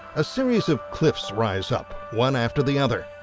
a series of cliffs rise up one, after the other,